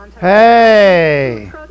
Hey